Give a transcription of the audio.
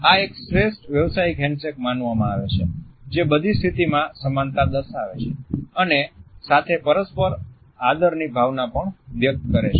આ એક શ્રેષ્ઠ વ્યવસાયિક હેન્ડશેક માનવામાં આવે છે જે બધી સ્થિતિમાં સમાનતા દર્શાવે છે અને સાથે પરસ્પર આદરની ભાવના પણ વ્યક્ત કરે છે